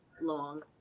long